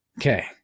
Okay